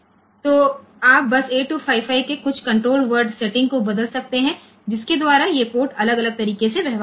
तो आप बस 8255 के कुछ कण्ट्रोल वर्ड सेटिंग को बदल सकते हैं जिसके द्वारा ये पोर्ट अलग अलग तरीके से व्यवहार करेंगे